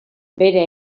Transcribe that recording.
bera